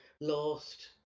lost